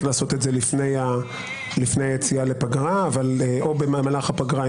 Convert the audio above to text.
לעשות את זה לפני היציאה לפגרה או במהלך הפגרה,